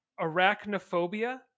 Arachnophobia